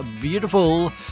beautiful